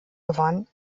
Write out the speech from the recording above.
gewann